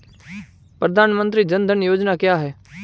प्रधानमंत्री जन धन योजना क्या है?